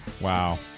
Wow